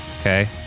Okay